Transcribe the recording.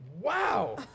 Wow